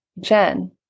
Jen